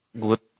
good